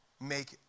make